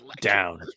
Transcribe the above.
down